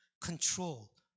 control